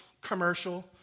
commercial